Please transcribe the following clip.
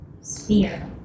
sphere